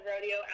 rodeo